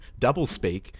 doublespeak